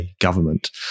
government